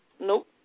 Nope